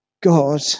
God